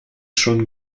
schon